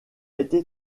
été